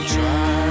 Try